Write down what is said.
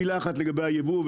מילה אחת לגבי היבוא,